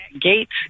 Gates